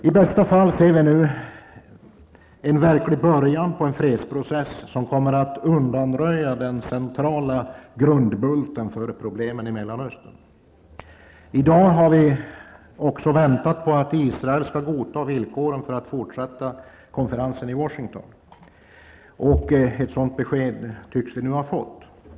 I bästa fall ser vi nu en verklig början på en fredsprocess, som kommer att undanröja den centrala grundbulten för problemen i Mellanöstern. I dag har vi också väntat på att Israel skall godta villkoren för att fortsätta konferensen i Washington, och ett sådant besked tycks vi nu ha fått.